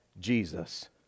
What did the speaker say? Jesus